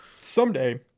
someday